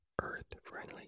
earth-friendly